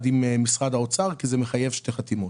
עם משרד האוצר כי זה מחייב שתי חתימות.